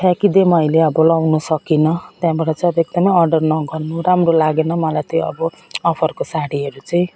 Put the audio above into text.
फ्याँकी दिएँ मैले अब लगाउन सकिनँ त्यहाँबाट चाहिँ अब एकदम अर्डर नगर्नु राम्रो लागेन मलाई त यो अब अफरको साडीहरू चाहिँ